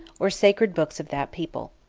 or sacred books of that people.